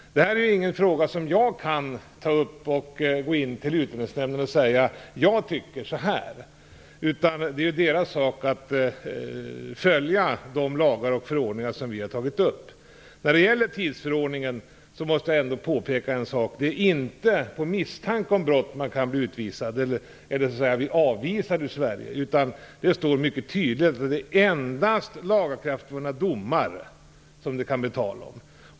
Detta är inte en fråga som jag kan ta upp i Utlänningsnämnden och säga vad jag tycker om den. Det är Utlänningsnämndens sak att följa de lagar och förordningar vi har. När det gäller tidsförordningen måste jag påpeka en sak. Det är inte vid misstanke om brott som man kan bli utvisad eller avvisad från Sverige. Det står mycket tydligt att det endast kan bli tal om det vid lagakraftvunna domar.